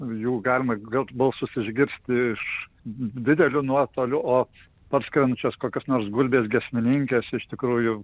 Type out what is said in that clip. jų galima gauti balsus išgirsti iš didelio nuotolio op barškančios kokios nors gulbės giesmininkės iš tikrųjų